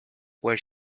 where